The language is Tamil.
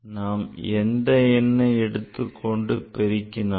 நாம் எந்த எண்ணை எடுத்துக் கொண்டு பெருக்கினாலும்